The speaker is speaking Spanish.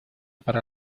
para